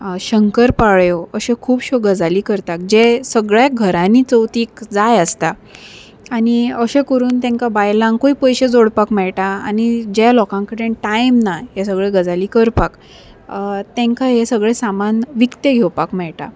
शंकर पाळयो अश्यो खुबश्यो गजाली करतात जे सगळ्या घरांनी चवथीक जाय आसता आनी अशें करून तेंकां बायलांकूय पयशे जोडपाक मेळटा आनी जे लोकांकडेन टायम ना ह्यो सगळ्यो गजाली करपाक तेंकां हें सगळें सामान विकतें घेवपाक मेळटा